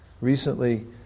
Recently